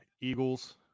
Eagles